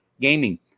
gaming